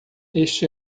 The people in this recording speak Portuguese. este